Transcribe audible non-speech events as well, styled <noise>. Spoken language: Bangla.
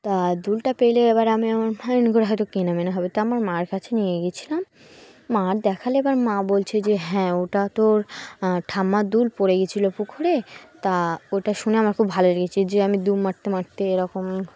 তা দুলটা পেলে এবার আমি আমার ভাই করে হয়তো <unintelligible> হবে তো আমার মার কাছে নিয়ে গিয়েছিলাম মা দেখালে এবার মা বলছে যে হ্যাঁ ওটা তোর ঠাম্মার দুল পড়ে গিয়েছিলো পুকুরে তা ওটা শুনে আমার খুব ভালো লেগেছে যে আমি ডুব মারতে মারতে এরকম